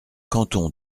canton